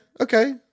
okay